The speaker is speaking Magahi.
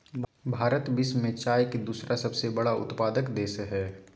भारत विश्व में चाय के दूसरा सबसे बड़ा उत्पादक देश हइ